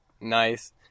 Nice